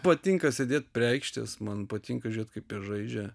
patinka sėdėt prie aikštės man patinka žiūrėt kaip jis žaidžia